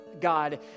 God